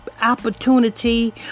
opportunity